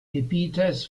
gebietes